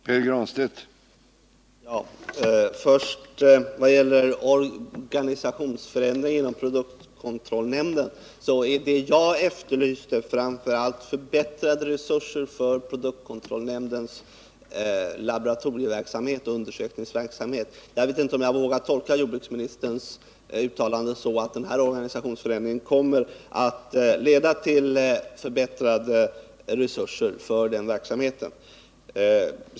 Herr talman! Vad först gäller organisationsförändring för produktkontrollnämnden vill jag säga att det jag efterlyste framför allt var förbättrade resurser för nämndens laboratorieoch undersökningsverksamhet. Jag vet inte om jag vågar tolka jordbruksministerns uttalande så att organisationsförändringen kommer att leda till förbättrade resurser för den verksamheten.